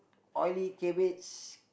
oily cabbage